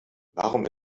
warum